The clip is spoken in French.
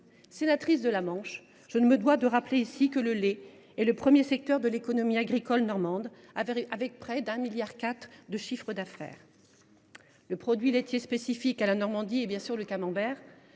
Sénatrice de la Manche, je me dois de rappeler ici que le lait est le premier secteur de l’économie agricole normande, avec près de 1,4 milliard d’euros de chiffre d’affaires. Le produit laitier spécifique à la Normandie est bien sûr le camembert.